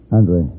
Andre